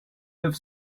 neuf